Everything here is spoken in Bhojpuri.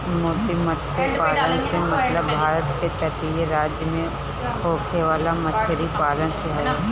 मोती मतस्य पालन से मतलब भारत के तटीय राज्य में होखे वाला मछरी पालन से हवे